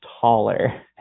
taller